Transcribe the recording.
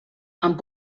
amb